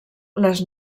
les